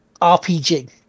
RPG